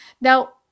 Now